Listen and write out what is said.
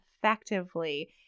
effectively